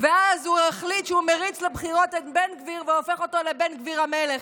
ואז הוא החליט שהוא מריץ לבחירות את בן גביר והופך אותו לבן גביר המלך.